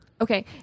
Okay